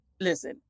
Listen